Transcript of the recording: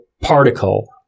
particle